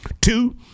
Two